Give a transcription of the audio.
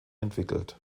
entwickelt